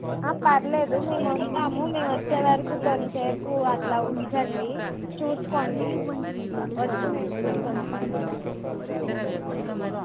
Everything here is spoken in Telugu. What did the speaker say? ఆ పర్వాలేదు మేము వస్తాము మేము వచ్చే వరకు కొంచెం సేపు అలా ఉంచండి చూసుకోండి వచ్చి మేము తీసుకువెళ్తాం